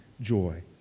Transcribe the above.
joy